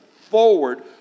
forward